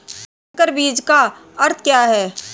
संकर बीज का अर्थ क्या है?